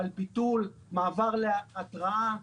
על ביטול ומעבר להתראה.